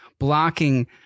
blocking